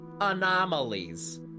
anomalies